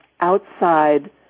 outside